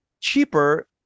cheaper